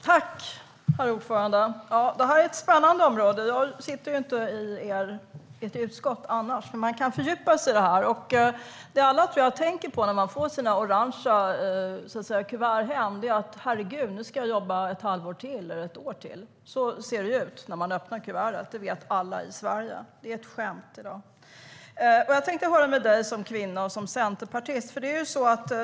Herr talman! Det här är ett spännande område. Jag sitter inte i ert utskott. Men man kan fördjupa sig i detta. Det jag tror alla tänker när de får sina orange kuvert hem: Herregud, nu ska jag jobba ett halvår eller ett år till! Så ser det ut när de öppnar kuvertet. Det vet alla i Sverige. Det är ett skämt i dag. Jag tänkte höra med dig som kvinna och centerpartist.